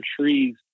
trees